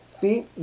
Feet